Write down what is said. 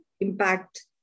impact